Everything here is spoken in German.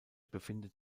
befindet